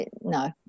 No